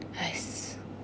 !hais!